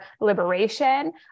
liberation